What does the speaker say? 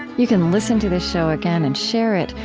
you can listen to this show again and share it,